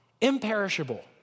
imperishable